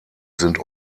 sind